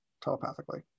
telepathically